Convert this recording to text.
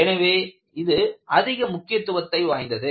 எனவே இது அதிக முக்கியத்துவத்தை வாய்ந்தது